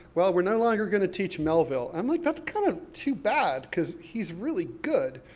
well, we're no longer going to teach melville. i'm like, that's kind of too bad, because he's really good.